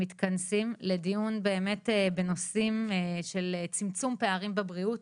מתכנסים לדיון באמת בנושאים של צמצום פערים בבריאות,